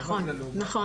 נכון.